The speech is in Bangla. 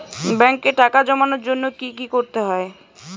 ব্যাংকে টাকা জমানোর জন্য কি কি করতে হয়?